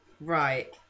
right